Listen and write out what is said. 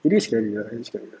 it is scary like scary lah